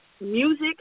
music